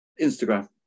Instagram